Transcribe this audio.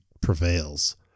prevails